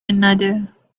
another